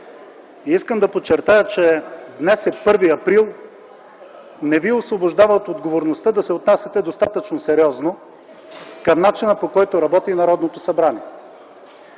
следното. Това, че днес е 1 април, не Ви освобождава от отговорността да се отнасяте достатъчно сериозно към начина, по който работи Народното събрание.